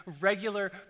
regular